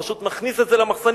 הוא פשוט מכניס את זה למחסנים.